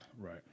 Right